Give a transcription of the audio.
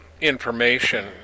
information